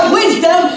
wisdom